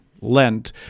Lent